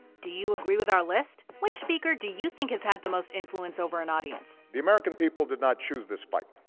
do you agree with our list? which speaker do you think is at the most influence over an audience? the american people did not choose this fight.